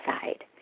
side